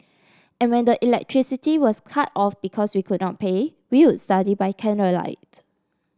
and when the electricity was cut off because we could not pay we would study by candlelight